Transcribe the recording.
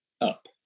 up